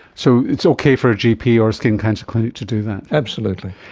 so it's okay for a gp or a skin cancer clinic to do that? absolutely.